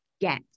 get